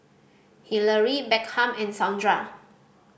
Hillery Beckham and Saundra